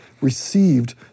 received